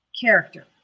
character